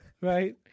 right